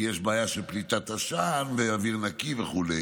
כי יש בעיה של פליטת עשן, אוויר נקי וכו'